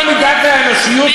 מדוע מידת האנושיות,